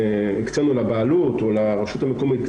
לבעלות או לרשות המקומית,